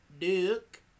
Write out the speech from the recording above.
duke